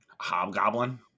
hobgoblin